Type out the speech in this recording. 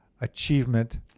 achievement